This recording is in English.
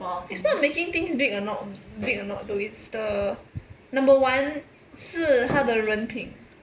is not making things big or not big or not though it's the number one 是他的人品